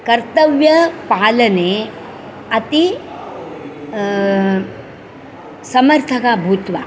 कर्तव्यपालने अति समर्थः भूत्वा